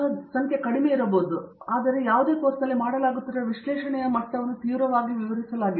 ಕಾರಣಗಳ ಸಂಖ್ಯೆ ಕಡಿಮೆಯಿರಬಹುದು ಆದರೆ ಯಾವುದೇ ಕೋರ್ಸ್ನಲ್ಲಿ ಮಾಡಲಾಗುತ್ತಿರುವ ವಿಶ್ಲೇಷಣೆಯ ಮಟ್ಟವನ್ನು ತೀವ್ರವಾಗಿ ವಿವರಿಸಲಾಗಿದೆ